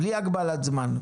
בלי הגבלת זמן.